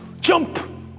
jump